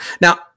Now